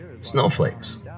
snowflakes